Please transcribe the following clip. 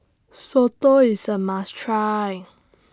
Soto IS A must Try